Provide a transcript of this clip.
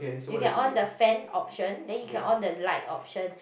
you can on the fan option then you can on the light option